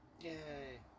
yay